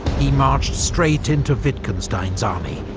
he marched straight into wittgenstein's army.